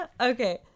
Okay